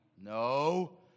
No